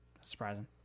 Surprising